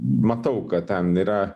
matau kad ten yra